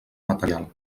material